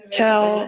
tell